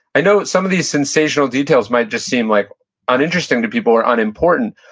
i know some of these sensational details might just seem like uninteresting to people or unimportant,